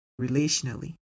relationally